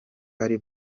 ari